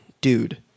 Dude